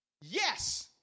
Yes